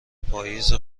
پاییز